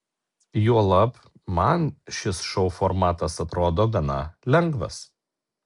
juolab man šis šou formatas atrodo gana lengvas